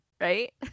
right